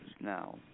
now